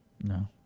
no